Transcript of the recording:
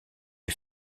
est